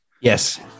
yes